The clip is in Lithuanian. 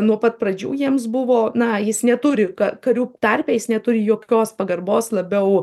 nuo pat pradžių jiems buvo na jis neturi ka karių tarpe jis neturi jokios pagarbos labiau